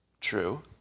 True